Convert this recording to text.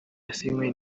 yasinywe